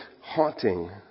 haunting